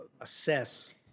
assess